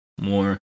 more